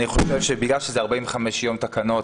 אני חושב בגלל שזה 45 יום תקנות,